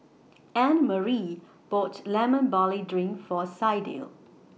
Annemarie bought Lemon Barley Drink For Sydell